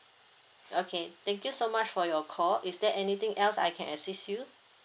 okay thank you so much for your call is there anything else I can assist you